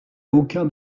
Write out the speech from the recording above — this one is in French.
aucun